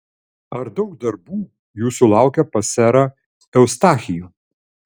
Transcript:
ar daug darbų jūsų laukia pas serą eustachijų